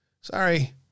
Sorry